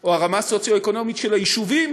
או הרמה הסוציו-אקונומית של היישובים